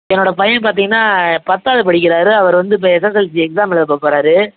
என்னோடய பையன் பார்த்தீங்கன்னா பத்தாவது படிக்கிறாரு அவர் வந்து இப்போ எஸ்எஸ்எல்சி எக்ஸாம் எழுத போகப் போகிறாரு